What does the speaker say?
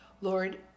Lord